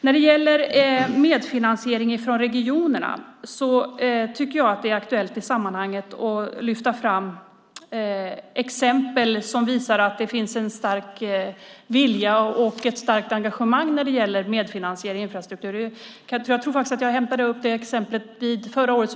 När det gäller medfinansiering från regionerna tycker jag att det är aktuellt att i sammanhanget lyfta fram exempel som visar att det finns en stark vilja och ett starkt engagemang när det gäller medfinansiering av infrastruktur. Jag tror att jag tog upp detta exempel förra året.